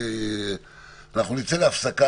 ואנחנו נצא להפסקה,